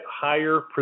higher